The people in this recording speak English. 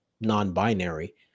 non-binary